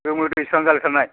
गोमो थानाय